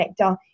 connector